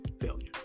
Failure